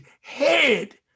head